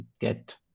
get